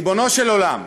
ריבונו של עולם,